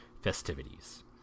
festivities